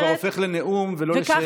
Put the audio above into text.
אבל זה כבר הופך לנאום ולא לשאלה.